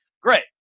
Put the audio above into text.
great